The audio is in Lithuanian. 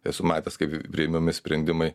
esu matęs kaip priimami sprendimai